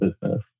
business